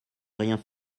rien